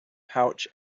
pouch